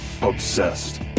obsessed